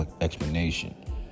explanation